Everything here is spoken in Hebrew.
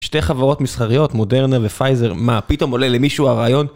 שתי חברות מסחריות, מודרנה ופייזר, מה פתאום עולה למישהו הרעיון?